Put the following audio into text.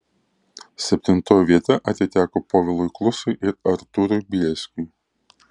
septintoji vieta atiteko povilui klusui ir artūrui bielskiui